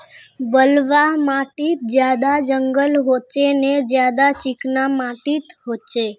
बलवाह माटित ज्यादा जंगल होचे ने ज्यादा चिकना माटित होचए?